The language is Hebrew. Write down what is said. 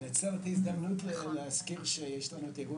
ננצל את ההזדמנות להזכיר שיש את האירוע